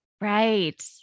Right